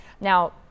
Now